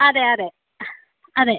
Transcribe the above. അതെ അതെ അതെ